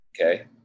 Okay